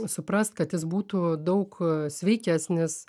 suprast kad jis būtų daug sveikesnis